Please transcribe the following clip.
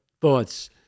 thoughts